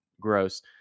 gross